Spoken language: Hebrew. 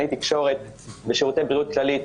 חברים,